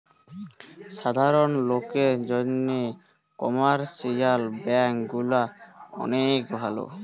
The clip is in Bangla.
সাধারণ লোকের জন্যে কমার্শিয়াল ব্যাঙ্ক গুলা অনেক ভালো